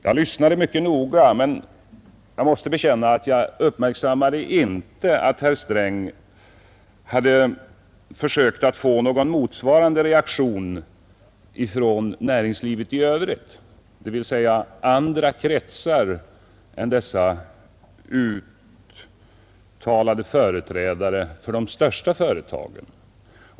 Jag lyssnade mycket noga, men jag måste bekänna att jag inte uppmärksammade att herr Sträng hade sökt få fram någon motsvarande reaktion från näringslivet i övrigt, dvs. andra kretsar än företrädare för de största företagen.